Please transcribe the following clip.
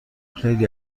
خیلی